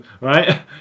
right